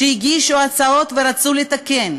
שהגישו הצעות ורצו לתקן.